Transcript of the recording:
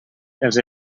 els